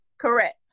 Correct